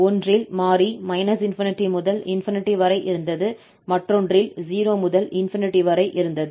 ஒன்றில் மாறி −∞ முதல் ∞ வரை இருந்தது மற்றொன்று 0 முதல் ∞ வரை இருந்தது